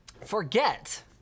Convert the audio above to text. Forget